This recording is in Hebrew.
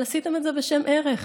אבל עשיתם את זה בשם ערך,